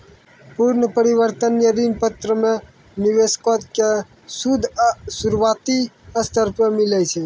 पूर्ण परिवर्तनीय ऋण पत्रो मे निवेशको के सूद शुरुआती स्तर पे मिलै छै